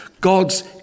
God's